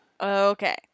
Okay